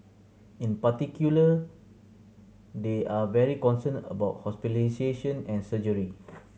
in particular they are very concerned about hospitalisation and surgery